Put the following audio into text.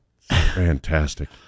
Fantastic